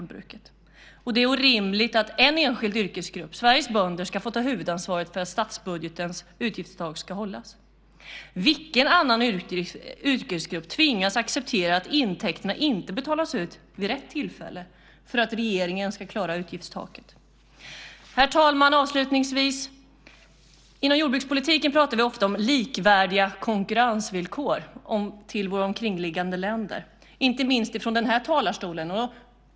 Det är orimligt att en enskild yrkesgrupp, Sveriges bönder, ska få ta huvudansvaret för att statsbudgetens utgiftstak ska hållas. Vilken annan yrkesgrupp tvingas acceptera att intäkterna inte betalas ut vid rätt tillfälle för att regeringen ska klara utgiftstaket? Herr talman! Inom jordbrukspolitiken pratar vi ofta om likvärdiga konkurrensvillkor till våra omkringliggande länder, inte minst från den här talarstolen.